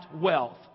wealth